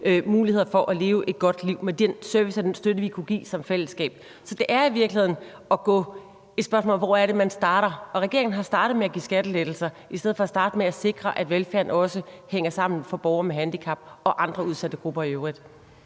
muligheder for at leve et godt liv med den service og den støtte, vi kunne give som fællesskab. Så det er i virkeligheden et spørgsmål om, hvor det er, man starter. Og regeringen har startet med at give skattelettelser i stedet for at starte med at sikre, at velfærden også hænger sammen for borgere med handicap og andre udsatte grupper i øvrigt.